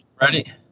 ready